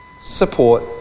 support